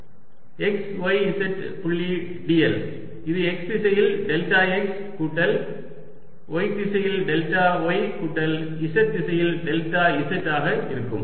x y z புள்ளி dl இது x திசையில் டெல்டா x கூட்டல் y திசையில் டெல்டா y கூட்டல் z திசையில் டெல்டா z ஆக இருக்கும்